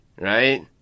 right